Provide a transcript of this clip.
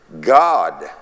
God